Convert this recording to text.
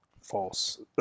False